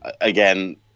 Again